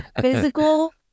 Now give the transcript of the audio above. physical